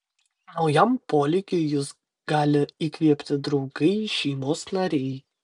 naujam polėkiui jus gali įkvėpti draugai šeimos nariai